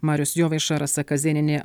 marius jovaiša rasa kazėnienė